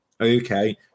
okay